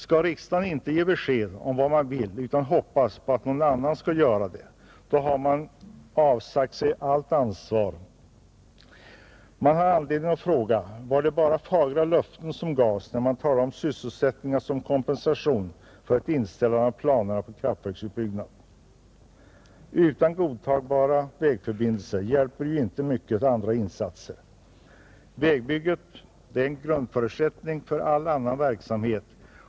Skall riksdagen inte ge besked om vad den vill utan hoppas på att någon annan skall göra någonting? I så fall har man avsagt sig allt ansvar. Vi har anledning att fråga: Var det bara fagra löften som gavs när man talade om sysselsättning som kompensation för inställandet av planerna på en kraftverksutbyggnad? Utan godtagbara vägförbindelser hjälper andra insatser inte mycket. Vägbyggandet är en grundförutsättning för all annan verksamhet.